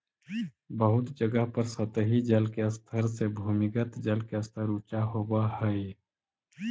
बहुत जगह पर सतही जल के स्तर से भूमिगत जल के स्तर ऊँचा होवऽ हई